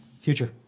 Future